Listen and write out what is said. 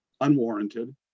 unwarranted